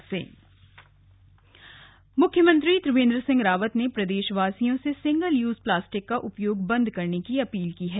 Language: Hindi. मानव श्रंखला देहरादून मुख्यमंत्री त्रिवेन्द्र सिंह रावत ने प्रदेशवासियों से सिंगल यूज प्लास्टिक का उपयोग बन्द करने की अपील की है